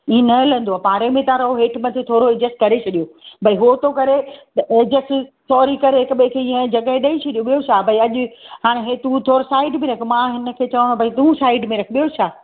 ईअं न हलंदो पाड़े में था रहो हेठो मथे थोरो अड्जस्ट करे छॾियो भई उहो त करे त अड्जस्ट सॉरी करे हिकु ॿिए खे ईअं जॻहि ॾेई छॾियो ॿियो छा भई अॼु हाणे हे तूं थोरो साईड बि रखु मां हिनखे चवां भई तूं साईड में रखु ॿियो छा